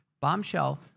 bombshell